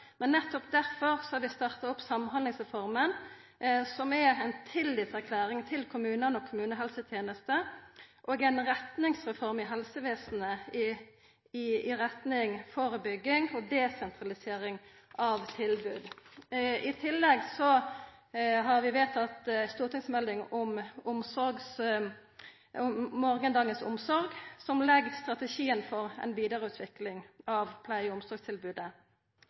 men nettopp derfor har vi starta Samhandlingsreforma, som er ei tillitserklæring til kommunane og kommunehelsetenesta. Det er ei retningsreform i helsevesenet med vekt på førebygging og desentralisering av tilbod. I tillegg har vi vedtatt stortingsmeldinga Morgendagens omsorg, som legg strategien for ei vidareutvikling av pleie- og omsorgstilbodet.